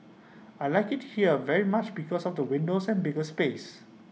I Like IT here very much because of the windows and bigger space